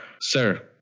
Sir